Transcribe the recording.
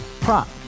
Prop